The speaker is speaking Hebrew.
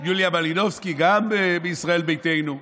ויוליה מלינובסקי, גם מישראל ביתנו.